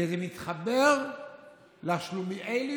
כי זה מתחבר לשלומיאליות